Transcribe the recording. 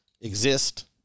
exist